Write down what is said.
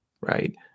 right